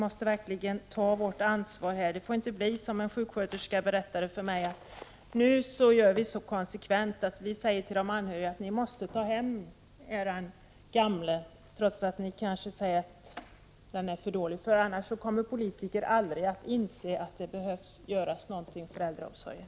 Det får inte bli så som en sjuksköterska berättade för mig att man gör på hennes arbetsplats: Vi säger konsekvent till de anhöriga att de måste ta hem den gamle, trots att anhöriga kanske tycker att vederbörande är för dålig, för annars kommer politiker aldrig att inse att de behöver göra någonting för äldreomsorgen.